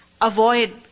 Avoid